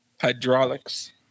hydraulics